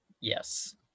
Yes